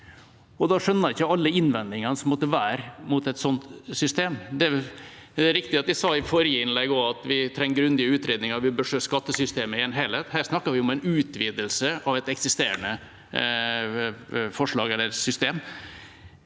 Da skjønner jeg ikke alle innvendingene som måtte være mot et sånt system. Det er riktig at jeg sa i forrige innlegg at vi trenger grundige utredninger, og at vi bør se på skattesystemet i en helhet. Her snakker vi om en utvidelse av et eksisterende system.